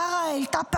טרה העלתה פעמיים: